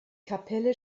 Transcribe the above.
kapelle